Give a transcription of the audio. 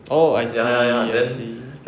oh I see I see